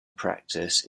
practice